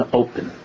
open